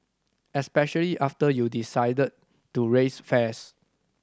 especially after you decided to raise fares